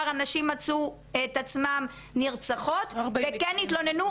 הנשים מצאו את עצמן נרצחות והתלוננו.